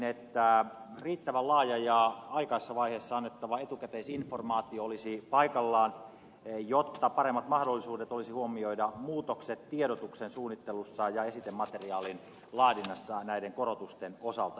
ensinnäkin riittävän laaja ja aikaisessa vaiheessa annettava etukäteisinformaatio olisi paikallaan jotta olisi paremmat mahdollisuudet huomioida muutokset tiedotuksen suunnittelussa ja esitemateriaalin laadinnassa näiden korotusten osalta